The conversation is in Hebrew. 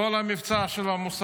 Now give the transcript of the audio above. את כל המבצע של המוסד?